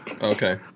Okay